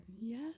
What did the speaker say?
Yes